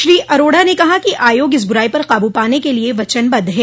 श्री अरोड़ा ने कहा कि आयोग इस बुराई पर काबू पाने के लिए वचनबद्ध है